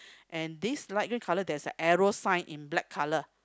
and this light green colour there's a arrow sign in black colour